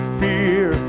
fear